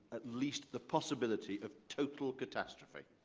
at least, the possibility of total catastrophe.